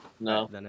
No